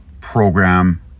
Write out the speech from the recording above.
program